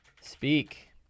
speak